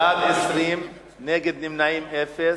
בעד, 20, נגד, אין, ונמנעים, אין.